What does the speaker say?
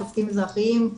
שופטים אזרחיים,